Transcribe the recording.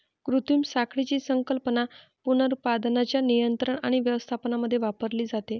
कृत्रिम साखळीची संकल्पना पुनरुत्पादनाच्या नियंत्रण आणि व्यवस्थापनामध्ये वापरली जाते